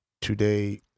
Today